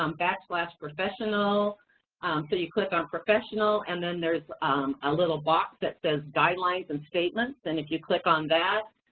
um backslash professional, so you click on professional, and then there's a little box that says guidelines and statements, and if you click on that,